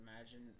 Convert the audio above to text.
imagine